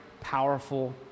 powerful